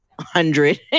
hundred